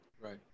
Right